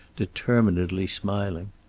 determinedly smiling.